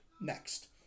Next